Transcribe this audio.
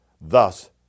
Thus